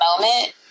moment